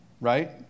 right